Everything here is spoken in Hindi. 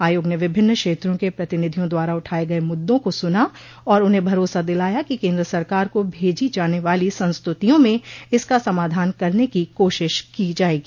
आयोग ने विभिन्न क्षेत्रों के प्रतिनिधियों द्वारा उठाए गए मुद्दों को सुना और उन्हें भरोसा दिलाया कि केन्द्र सरकार को भेजी जाने वाली संस्तुतियों में इसका समाधान करने की कोशिश की जाएगी